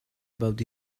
about